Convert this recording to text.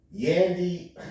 Yandy